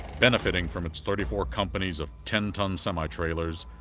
benefiting from its thirty-four companies of ten ton semitrailers,